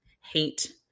hate